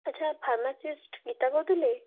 ଆଚ୍ଛା ଫାର୍ମାସିଷ୍ଟ୍ ଗୀତା କହୁଥିଲେ